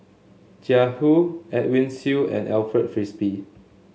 Jiang Hu Edwin Siew and Alfred Frisby